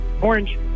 Orange